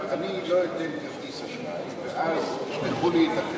אני לא אתן כרטיס אשראי, ואז ישלחו לי את החשבון,